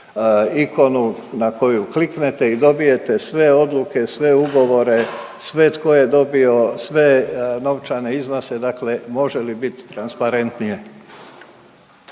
ikonu na koju kliknete i dobijete sve odluke, sve ugovore, sve tko je dobio sve novčane iznose. Dakle, može li bit transparentnije?